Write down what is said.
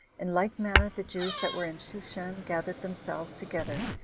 in like manner the jews that were in shushan gathered themselves together,